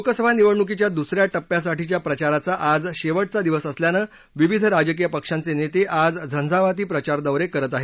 लोकसभा निवडणुकीच्या दुस या टप्प्यासाठीच्या प्रचाराचा आज शेवटचा दिवस असल्यानं विविध राजकीय पक्षांचे नेते आज झंझावाती प्रचारदौरे करत आहेत